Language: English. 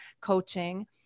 coaching